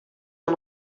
are